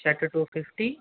shirt two fifty